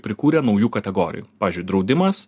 prikūrė naujų kategorijų pavyzdžiui draudimas